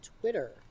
Twitter